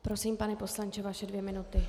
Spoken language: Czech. Prosím, pane poslanče, vaše dvě minuty.